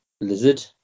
lizard